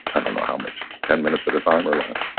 i don't know how much, ten minutes at a time or less.